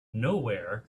nowhere